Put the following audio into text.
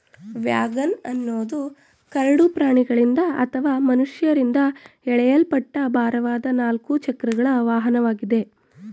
wagon ಅನ್ನೋದು ಕರಡು ಪ್ರಾಣಿಗಳಿಂದ ಅಥವಾ ಮನುಷ್ಯರಿಂದ ಎಳೆಯಲ್ಪಟ್ಟ ಭಾರವಾದ ನಾಲ್ಕು ಚಕ್ರಗಳ ವಾಹನವಾಗಿದೆ